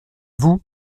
vous